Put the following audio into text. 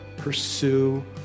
pursue